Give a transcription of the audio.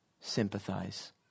sympathize